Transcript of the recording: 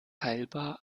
heilbar